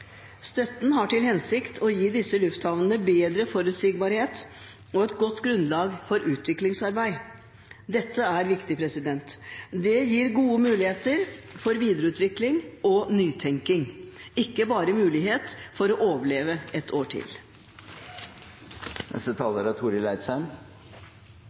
Støtten har til hensikt å gi disse lufthavnene bedre forutsigbarhet og et godt grunnlag for utviklingsarbeid. Dette er viktig. Det gir gode muligheter for videreutvikling og nytenking, og ikke bare mulighet for å overleve ett år til.